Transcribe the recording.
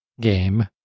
game